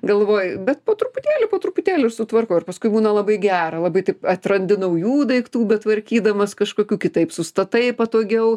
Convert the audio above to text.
galvoj bet po truputėlį po truputėlį aš sutvarkau ir paskui būna labai gera labai taip atrandi naujų daiktų betvarkydamas kažkokių kitaip sustatai patogiau